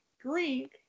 Greek